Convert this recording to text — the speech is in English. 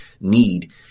need